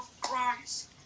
Christ